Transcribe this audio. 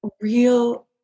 real